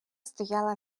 стояла